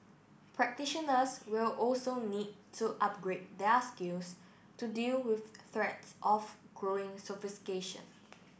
practitioners will also need to upgrade their skills to deal with threats of growing sophistication